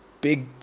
big